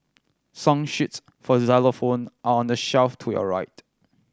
song sheets for xylophone are on the shelf to your right